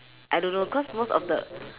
I don't know cause most of the